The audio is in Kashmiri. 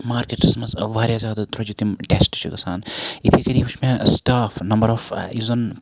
مارکٔٹَس مَنٛز واریاہ زیادٕ درٛوجہِ تِم ٹیٚسٹ چھِ گَژھان اِتھے کٔنی وٕچھ مےٚ سٹاف نَمبَر آف یُس زَن